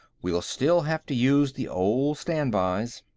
we'll still have to use the old standbys.